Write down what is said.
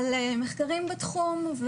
אבל מחקרים בתחום,